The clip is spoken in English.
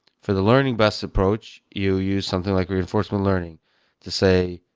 for the learning best approach, you use something like reinforcement learning to say,